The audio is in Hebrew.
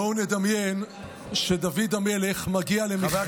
בואו נדמיין שדוד המלך מגיע למכרז,